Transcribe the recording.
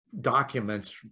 documents